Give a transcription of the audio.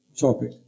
topic